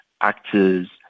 actors